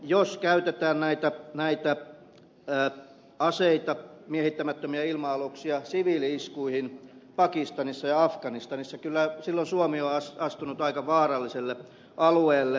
jos käytetään näitä aseita miehittämättömiä ilma aluksia siviili iskuihin pakistanissa ja afganistanissa niin kyllä suomi on silloin astunut aika vaaralliselle alueelle